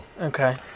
Okay